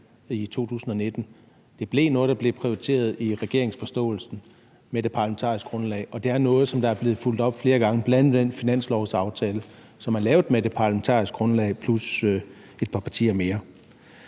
i 2019; det blev noget, der blev prioriteret i regeringens forståelsespapir med det parlamentariske grundlag, og det er noget, som er blevet fulgt op på flere gange, bl.a. i den finanslovsaftale, som er lavet med det parlamentariske grundlag plus et par partier mere.